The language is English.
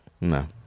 no